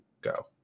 go